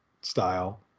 style